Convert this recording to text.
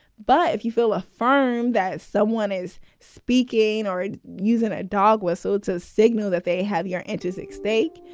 but if you feel a firm that someone is speaking or using a dog whistle, it's a signal that they have your antisec stake.